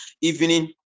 evening